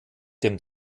dem